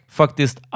faktiskt